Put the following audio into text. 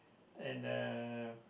and uh